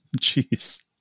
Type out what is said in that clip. Jeez